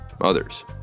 others